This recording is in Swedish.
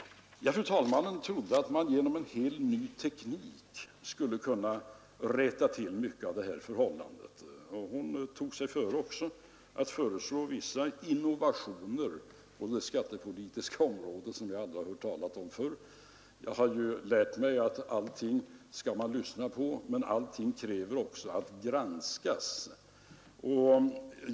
Fru talmannen trodde att man genom en helt ny teknik skulle kunna rätta till mycket av förhållandena på området. Hon föreslog vissa innovationer på det skattepolitiska området som jag aldrig hört talas om förr. Jag har lärt mig att man skall lyssna på allting men att allting också kräver att granskas.